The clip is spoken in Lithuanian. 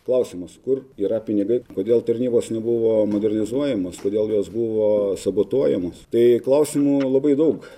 klausimas kur yra pinigai kodėl tarnybos nebuvo modernizuojamos kodėl jos buvo sabotuojamos tai klausimų labai daug